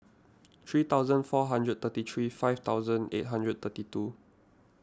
three thousand four hundred forty three five thousand eight hundred thirty two